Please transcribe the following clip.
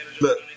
look